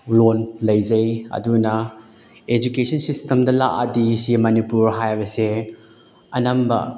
ꯂꯣꯟ ꯂꯩꯖꯩ ꯑꯗꯨꯅ ꯑꯦꯖꯨꯀꯦꯁꯟ ꯁꯤꯁꯇꯦꯝꯗ ꯂꯥꯛꯂꯗꯤ ꯁꯤ ꯃꯅꯤꯄꯨꯔ ꯍꯥꯏꯕꯁꯦ ꯑꯅꯝꯕ